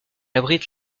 abrite